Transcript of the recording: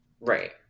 Right